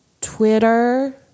Twitter